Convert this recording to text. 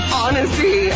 honesty